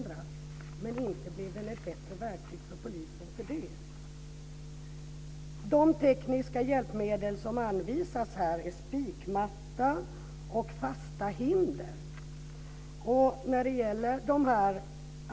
Men inte blev de ett bättre verktyg för polisen för det. De tekniska hjälpmedel som anvisas här är spikmatta och fasta hinder.